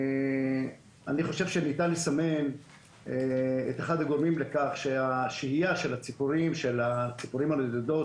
אני חושב שניתן לסמן את אחד הגורמים לכך שהשהייה של הציפורים הנודדות,